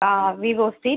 Vivo street